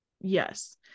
yes